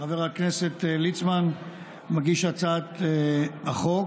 חבר הכנסת ליצמן מגיש הצעת החוק,